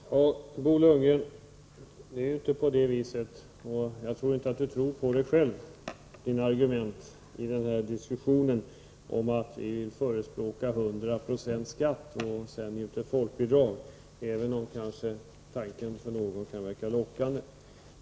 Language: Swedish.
Fru talman! Jag vill säga till Bo Lundgren att det inte är på det viset — jag tror inte att han själv tror på sina argument i den här diskussionen — att vi förespråkar 100 96 skatt och att man sedan skall ge ut ett folkbidrag, även om tanken kanske för någon kan verka lockande.